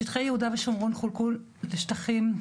שטחי יהודה ושומרון חולקו לשטחים,